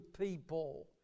people